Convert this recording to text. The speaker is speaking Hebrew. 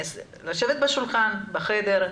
לשבת בשולחן, בחדר,